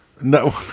No